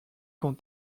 quand